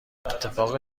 اتفاق